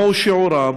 מהו שיעורם?